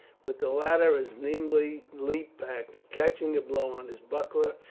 but the latter as nimbly leaped back, catching the blow on his buckler,